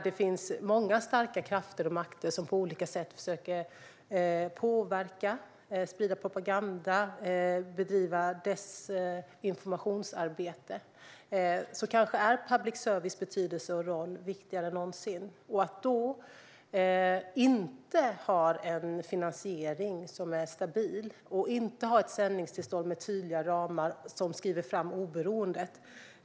Det finns många starka krafter och makter som på olika sätt försöker påverka, sprida propaganda och bedriva desinformationsarbete. Kanske är public services betydelse och roll viktigare än någonsin. Då vore det djupt olyckligt att inte ha en stabil finansiering och ett sändningstillstånd med tydliga ramar som skriver fram oberoendet.